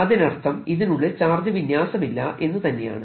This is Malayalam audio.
അതിനർത്ഥം ഇതിനുള്ളിൽ ചാർജ് വിന്യാസമില്ല എന്ന് തന്നെയാണ്